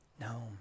no